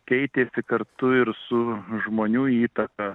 keitėsi kartu ir su žmonių įtaka